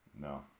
No